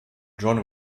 john